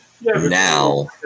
now